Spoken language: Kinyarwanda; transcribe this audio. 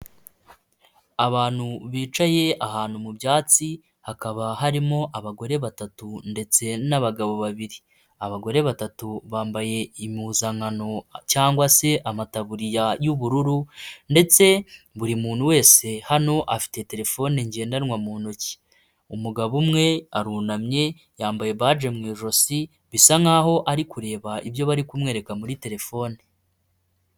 Abantu bicaye ahantu mu byatsi, hakaba harimo abagore batatu ndetse n'abagabo babiri. Abagore batatu bambaye impuzankano cyangwa se amatabuririya y'ubururu ndetse buri muntu wese hano afite telefone ngendanwa mu ntoki. Umugabo umwe arunamye yambaye baje mu ijosi, bisa nkaho ari kureba ibyo bari kumwereka muri telefone.